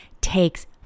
takes